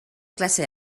classe